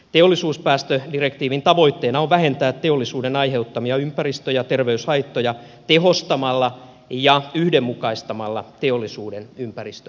teollisuuspäästödirektiivin tavoitteena on vähentää teollisuuden aiheuttamia ympäristö ja terveyshaittoja tehostamalla ja yhdenmukaistamalla teollisuuden ympäristövaatimuksia